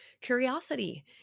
curiosity